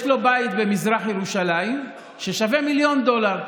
יש לו בית במזרח ירושלים ששווה מיליון דולר.